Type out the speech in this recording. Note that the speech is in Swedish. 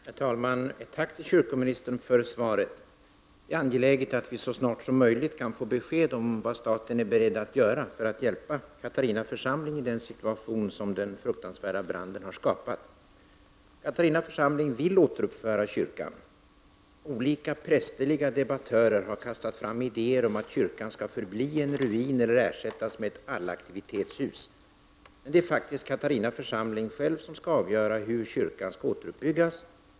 Herr talman! Ett tack till kyrkoministern för svaret på min fråga. Det är angeläget att vi så snart som möjligt kan få besked om vad staten är beredd att göra för att hjälpa Katarina församling i den situation som den fruktansvärda branden har skapat. Katarina församling vill återuppföra kyrkan. Olika prästerliga debattörer har kastat fram idéer om att kyrkan skall förbli en ruin eller ersättas med ett allaktivitetshus. Men det är faktiskt Katarina församling själv som skall avgöra hur kyrkan skall återuppbyggas.